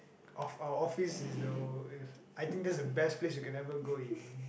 of our office is the is I think this is the best place you can ever go in